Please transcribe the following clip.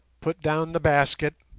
put down the basket,